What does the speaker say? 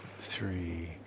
three